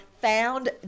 found